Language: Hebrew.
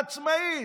עצמאית.